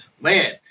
man